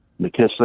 McKissick